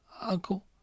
Uncle